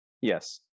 Yes